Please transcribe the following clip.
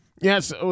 Yes